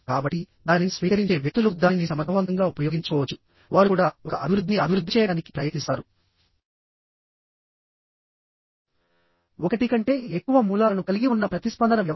కాబట్టి దానిని స్వీకరించే వ్యక్తులు దానిని సమర్థవంతంగా ఉపయోగించుకోవచ్చు వారు కూడా ఒక అభివృద్ధిని అభివృద్ధి చేయడానికి ప్రయత్నిస్తారు ఒకటి కంటే ఎక్కువ మూలాలను కలిగి ఉన్న ప్రతిస్పందన వ్యవస్థ